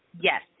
Yes